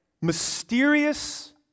mysterious